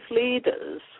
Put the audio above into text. leaders